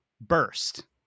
burst